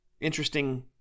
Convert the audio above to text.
Interesting